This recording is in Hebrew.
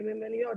מיומנויות,